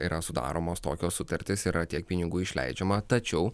yra sudaromos tokios sutartys yra tiek pinigų išleidžiama tačiau